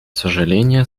сожаление